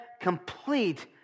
complete